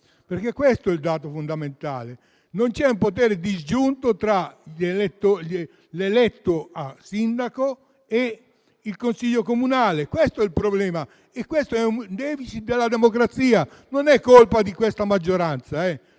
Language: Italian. Comuni. Questo è il dato fondamentale: non c'è un potere disgiunto tra l'eletto a sindaco e il Consiglio comunale. Questo è il problema e rappresenta un *deficit* della democrazia. Non è colpa di questa maggioranza.